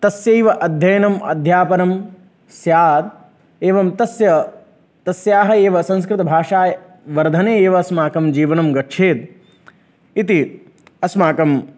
तस्यैव अध्ययनम् अध्यापनं स्यात् एवं तस्य तस्याः एव संस्कृतभाषावर्धने एव अस्माकं जीवनं गच्छेत् इति अस्माकं